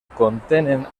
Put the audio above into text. contenen